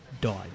Died